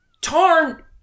Tarn